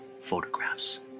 photographs